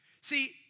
See